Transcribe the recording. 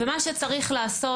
מה שצריך לעשות,